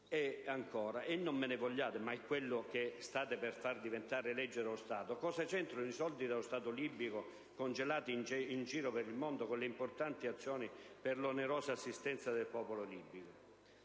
colleghi (e non me ne vogliate, ma è quello che state per far diventare legge dello Stato), cosa c'entrano i soldi dello Stato libico, congelati in giro per il mondo, con le importanti azioni per l'onerosa assistenza del popolo libico?